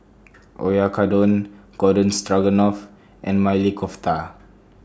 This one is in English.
Oyakodon Garden Stroganoff and Maili Kofta